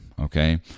okay